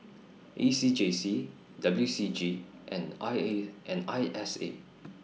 A C J C W C G and I A and I S A